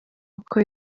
uko